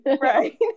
right